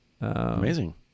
Amazing